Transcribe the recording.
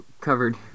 covered